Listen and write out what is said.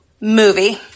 Movie